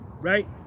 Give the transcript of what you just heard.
right